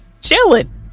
chilling